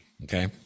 Okay